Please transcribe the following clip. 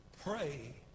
Pray